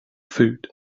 food